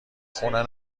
خونه